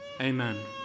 Amen